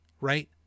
right